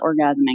orgasming